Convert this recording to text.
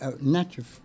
natural